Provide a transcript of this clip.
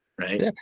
right